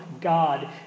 God